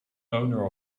owner